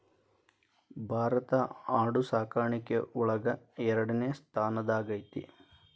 ಭಾರತಾ ಆಡು ಸಾಕಾಣಿಕೆ ಒಳಗ ಎರಡನೆ ಸ್ತಾನದಾಗ ಐತಿ